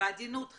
בעדינות חסרים,